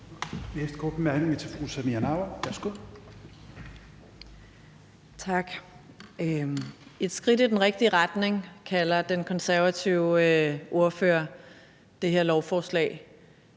Værsgo. Kl. 12:20 Samira Nawa (RV): Tak. Et skridt i den rigtige retning kalder den konservative ordfører det her lovforslag,